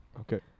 Okay